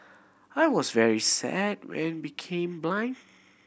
I was very sad when became blind